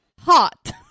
Hot